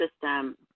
system